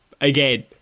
again